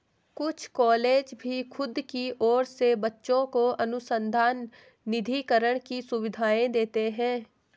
कुछ कॉलेज भी खुद की ओर से बच्चों को अनुसंधान निधिकरण की सुविधाएं देते हैं